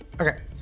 Okay